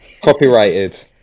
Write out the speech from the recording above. Copyrighted